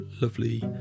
lovely